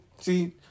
see